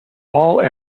all